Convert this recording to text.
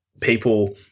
people